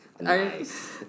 Nice